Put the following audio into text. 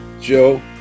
Joe